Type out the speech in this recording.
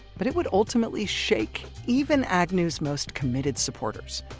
but it would ultimately shake even agnew's most committed supporters.